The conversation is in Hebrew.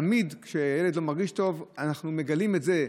תמיד כשילד לא מרגיש טוב, אנחנו מגלים את זה,